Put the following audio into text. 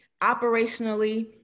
operationally